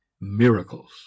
Miracles